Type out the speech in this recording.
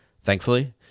thankfully